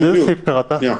בבקשה.